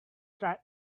red